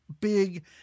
big